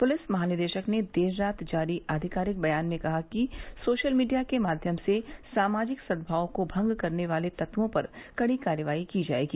police महानिदेशक ने देर रात जारी आधिकारिक बयान में कहा कि सोशल मीडिया के माध्यम से सामाजिक सद्भाव को भंग करने वाले तत्वों पर कड़ी कार्रवाई की जायेगी